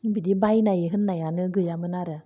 बिदि बायनाय होननायानो गैयामोन आरो